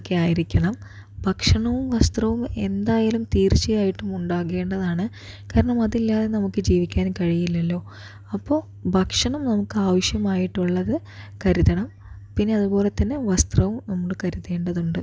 ഒക്കെ ആയിരിക്കണം ഭക്ഷണവും വസ്ത്രവും എന്തായാലും തീർച്ചയായിട്ടും ഉണ്ടാകേണ്ടതാണ് കാരണം അതില്ലാതെ നമുക്ക് ജീവിക്കാൻ കഴിയില്ലല്ലോ അപ്പോൾ ഭക്ഷണം നമുക്ക് ആവശ്യമായിട്ടുള്ളത് കരുതണം പിന്നെ അതുപോലെ തന്നെ വസ്ത്രവും നമ്മള് കരുതേണ്ടതുണ്ട്